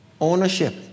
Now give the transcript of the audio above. Ownership